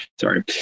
sorry